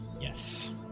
Yes